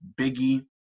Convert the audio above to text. Biggie